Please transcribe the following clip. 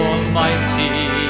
Almighty